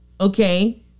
Okay